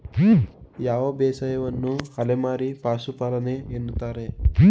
ಯಾವ ಬೇಸಾಯವನ್ನು ಅಲೆಮಾರಿ ಪಶುಪಾಲನೆ ಎನ್ನುತ್ತಾರೆ?